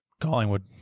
Collingwood